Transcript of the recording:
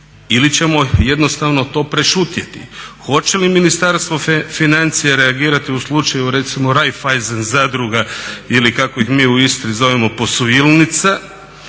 ili ćemo jednostavno to prešutjeti? Hoće li Ministarstvo financija reagirati u slučaju recimo Raiffeisen zadruga ili kako ih mi u Istri zovemo posuilnica,